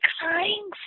crying